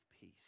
peace